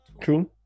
True